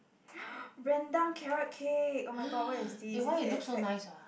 Rendang Carrot-Cake oh-my-god where is this is it a fat